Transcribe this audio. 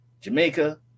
Jamaica